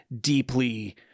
deeply